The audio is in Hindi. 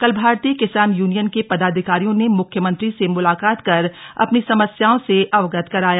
कल भारतीय किसान यूनियन के पदाधिकारियों ने मुख्यमंत्री से मुलाकात कर अपनी समस्याओं से अवगत कराया